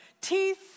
Teeth